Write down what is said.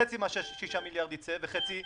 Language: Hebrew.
חצי מה-6 מיליארד יצא וחצי פנוי.